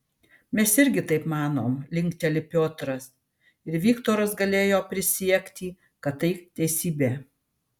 mes irgi taip manom linkteli piotras ir viktoras galėjo prisiekti kad tai teisybė